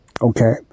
Okay